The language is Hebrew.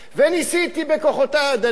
וניסיתי, בכוחותי הדלים,